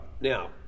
now